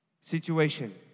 situation